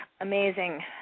amazing